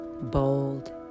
bold